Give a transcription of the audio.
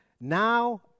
Now